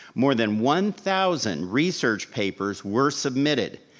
more than one thousand research papers were submitted.